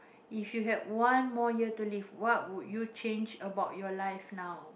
if you had one more year to live what would you change about your life now